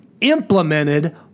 implemented